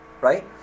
right